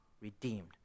redeemed